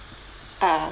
ah